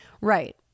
Right